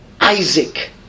Isaac